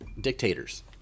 Dictators